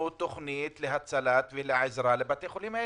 תוכנית להצלת ולעזרה לבתי החולים האלה.